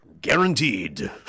guaranteed